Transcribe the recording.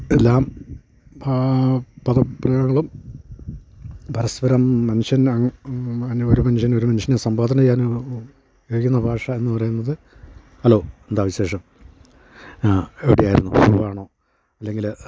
എല്ലാം പദപ്രയോഗങ്ങളും പരസ്പരം മനുഷ്യനാണ് ഒരു മനുഷ്യൻ ഒരു മനുഷ്യനെ സംബോധന ചെയ്യാനായി ഉപയോഗിക്കുന്ന ഭാഷ എന്നു പറയുന്നത് ഹലോ എന്താണ് വിശേഷം ആ എവിടെയായിരുന്നു സുഖമാണോ അല്ലെങ്കിൽ